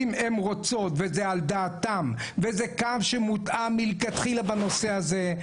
אם הן רוצות וזה על דעתן וזה קו שמותאם מלכתחילה בנושא הזה,